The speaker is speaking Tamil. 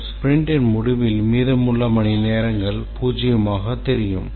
மற்றும் ஸ்பிரிண்டின் முடிவில் மீதமுள்ள மணிநேரங்கள் பூஜ்ஜியமாக தெரியும்